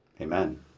Amen